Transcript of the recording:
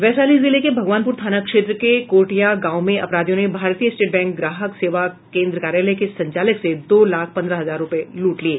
वैशाली जिले के भगवानपुर थाना क्षेत्र के गोढ़िया गांव में अपराधियों ने भारतीय स्टेट बैंक ग्राहक सेवा केन्द्र कार्यालय के संचालक से दो लाख पन्द्रह हजार रूपये लूट लिये